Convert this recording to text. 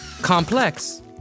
Complex